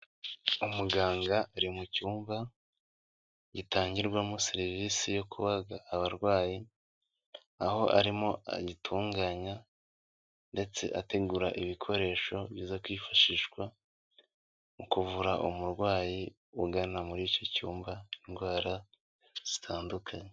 Umuganga ari mu cyumba gitangirwamo serivisi yo kubaza abarwayi, aho arimo ayitunganya ndetse ategura ibikoresho biza kwifashishwa mu kuvura umurwayi ugana muri icyo cyumba indwara zitandukanye.